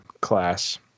class